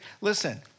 listen